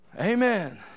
Amen